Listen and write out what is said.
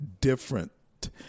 different